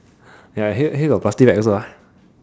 ya here got here got plastic bag also ah